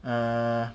uh